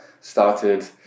started